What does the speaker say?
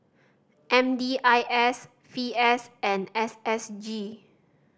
M D I S V S and S S G